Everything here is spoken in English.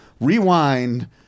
rewind